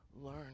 learn